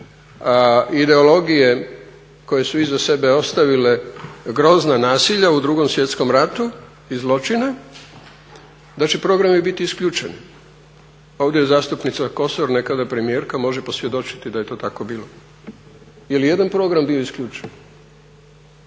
ideologije koje su iza sebe ostavila grozna nasilja u Drugom svjetskom ratu i zločina, da će programi biti isključeni. Ovdje je zastupnica Kosor, nekada premijerka, može posvjedočiti da je to tako bilo. Je li ijedan program bio isključen?